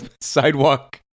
sidewalk